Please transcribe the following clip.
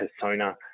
persona